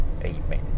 Amen